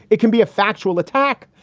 it can be a factual attack.